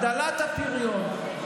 הגדלת הפריון,